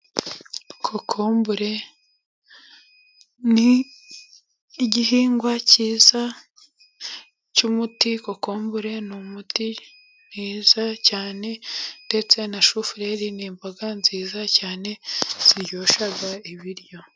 Kokombure ni igihingwa cyiza cy'umuti, kokombure ni umuti mwiza cyane, ndetse na shufureri n'imboga nziza cyane, ziryosha ibiryo.